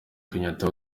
kenyatta